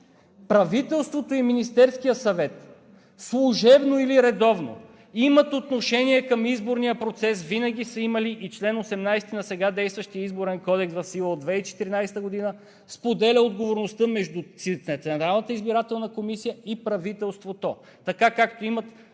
Правителството и Министерският съвет – служебно или редовно, имат отношение към изборния процес, винаги са имали, и чл. 18 на сега действащия Изборен кодекс в сила от 2014 г. споделя отговорността между Централната